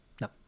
No